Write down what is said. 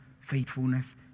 faithfulness